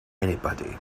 anybody